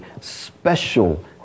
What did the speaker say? special